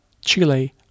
Chile